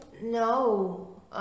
no